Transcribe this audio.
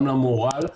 גם למורל,